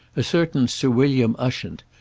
a certain sir william ushant,